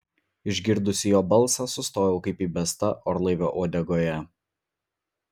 išgirdusi jo balsą sustojau kaip įbesta orlaivio uodegoje